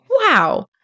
wow